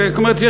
זאת אומרת,